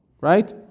right